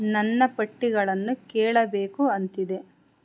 ನನ್ನ ಪಟ್ಟಿಗಳನ್ನು ಕೇಳಬೇಕು ಅಂತಿದೆ